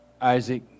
Isaac